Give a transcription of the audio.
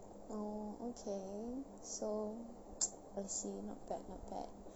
oh okay so I see not bad the guy